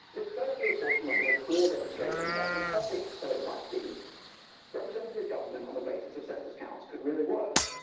this first reapportionment was a clear demonstration that imperfect though it might be representative government on the basis of census counts could really work